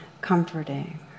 comforting